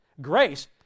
Grace